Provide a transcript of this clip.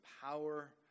power